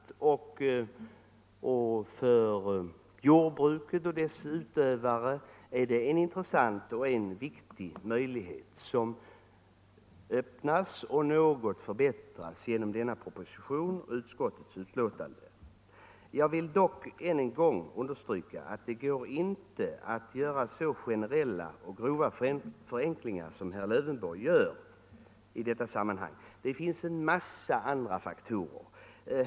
För jordbrukets utövare är det en intressant möjlighet som öppnas genom denna proposition och utskottets betänkande. Jag vill dock än en gång understryka att det inte går att göra så generella och grova förenklingar som herr Lövenborg gör i detta sammanhang. Det finns även en massa andra faktorer att ta hänsyn till.